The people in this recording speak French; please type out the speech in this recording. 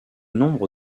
nombre